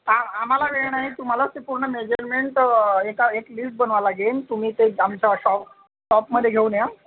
आ आम्हाला वेळ नाही तुम्हालाच ते पूर्ण मेजरमेंट एका एक लिष्ट बनवावी लागेल तुम्ही ते आमच्या शॉप शॉपमध्ये घेऊन या